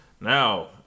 Now